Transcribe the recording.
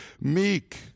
meek